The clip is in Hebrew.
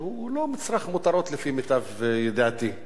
שהוא לא מצרך מותרות, לפי מיטב ידיעתי.